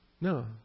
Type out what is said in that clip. No